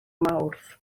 mawrth